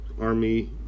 army